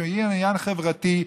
כשמגיע לעניין חברתי,